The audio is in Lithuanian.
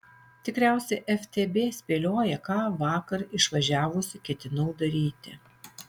tikriausiai ftb spėlioja ką vakar išvažiavusi ketinau daryti